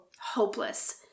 hopeless